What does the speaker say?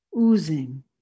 oozing